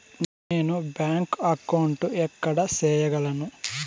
నేను bank account ఎక్కడ సేయగలను